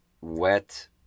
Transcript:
wet